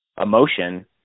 emotion